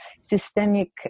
systemic